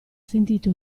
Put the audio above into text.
sentito